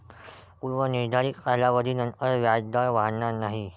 पूर्व निर्धारित कालावधीनंतर व्याजदर वाढणार नाही